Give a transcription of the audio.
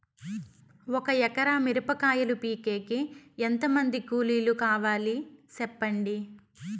ఒక ఎకరా మిరప కాయలు పీకేకి ఎంత మంది కూలీలు కావాలి? సెప్పండి?